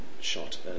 shot